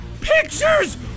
Pictures